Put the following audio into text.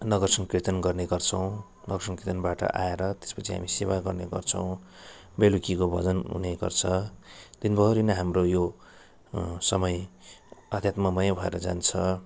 नगर सङ्कीर्तन गर्ने गर्छौँ नगर सङ्कीर्तनबाट आएर त्यसपछि हामी सेवा गर्ने गर्छौँ बेलुकीको भजन हुने गर्छ दिनभोरि नै हाम्रो यो समय आध्यात्ममय भएर जान्छ